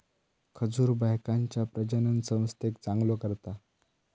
खजूर बायकांच्या प्रजननसंस्थेक चांगलो करता